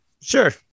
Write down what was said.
Sure